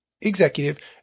executive